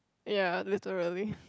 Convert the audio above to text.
ya literally